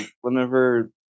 Whenever